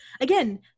Again